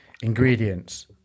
Ingredients